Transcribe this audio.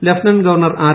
lieutenant governor R